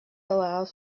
allows